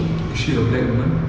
is she a black woman